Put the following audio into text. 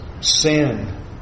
sin